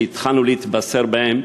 שהתחלנו להתבשר עליהם,